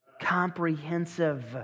Comprehensive